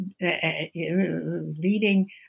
leading